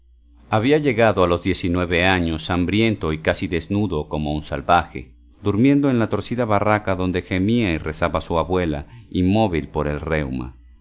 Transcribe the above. había llegado a los diez y nueve años hambriento y casi desnudo como un salvaje durmiendo en la torcida barraca donde gemía y rezaba su abuela inmóvil por el reuma